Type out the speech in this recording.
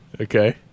Okay